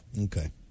Okay